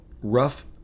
rough